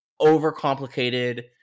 overcomplicated